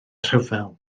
rhyfel